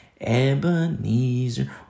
Ebenezer